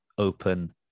open